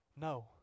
No